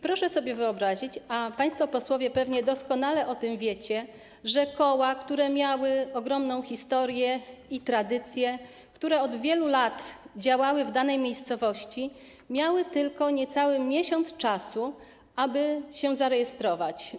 Proszę sobie wyobrazić, a państwo posłowie pewnie doskonale o tym wiecie, że koła, które miały ogromną historię i tradycję, które od wielu lat działały w danej miejscowości, miały tylko niecały miesiąc czasu, aby się zarejestrować.